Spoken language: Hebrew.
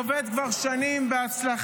-- מודל שעובד כבר שנים בהצלחה,